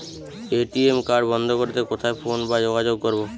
ATM card বন্ধ করতে কোথায় ফোন বা যোগাযোগ করব?